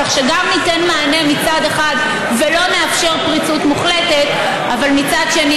כך שגם ניתן מענה מצד אחד ולא נאפשר פריצות מוחלטת אבל מצד שני